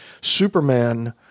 Superman